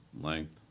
length